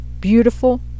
Beautiful